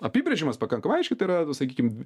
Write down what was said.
apibrėžiamas pakankamai aiškiai tai yra sakykim